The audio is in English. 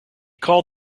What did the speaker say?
called